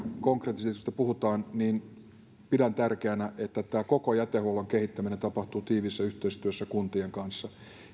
konkreettisesta esityksestä puhutaan pidän tärkeänä että tämä koko jätehuollon kehittäminen tapahtuu tiiviissä yhteistyössä kuntien kanssa